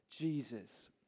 Jesus